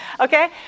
okay